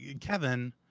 Kevin